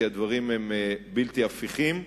כי הדברים בלתי הפיכים.